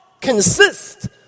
consist